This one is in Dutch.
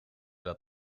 dat